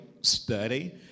study